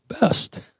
best